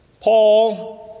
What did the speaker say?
Paul